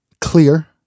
clear